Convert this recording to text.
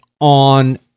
on